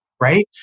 right